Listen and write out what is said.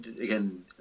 again